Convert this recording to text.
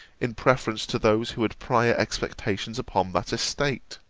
in preference to those who had prior expectations upon that estate.